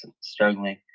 struggling